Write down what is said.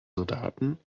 soldaten